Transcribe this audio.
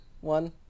one